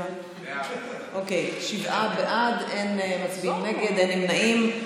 אוקיי, שבעה בעד, אין מצביעים נגד, אין נמנעים.